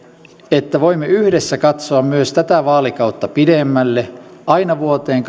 että voimme yhdessä katsoa myös tätä vaalikautta pidemmälle aina vuoteen